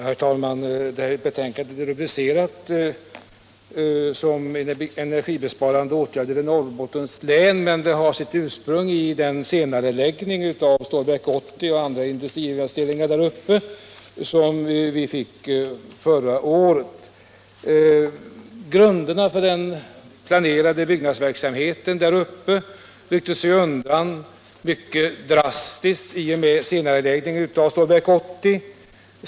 Herr talman! Betänkandet har rubriken Energibesparande åtgärder i Norrbottens län men har sitt ursprung i den senareläggning av Stålverk 80 och andra industriinvesteringar som beslöts förra året. Grunderna för den planerade byggnadsverksamheten i Norrbotten rycktes undan mycket drastiskt i och med senareläggningen av Stålverk 80.